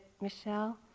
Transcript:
Michelle